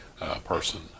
person